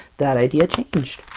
that idea changed!